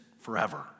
forever